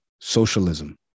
socialism